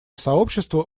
сообщество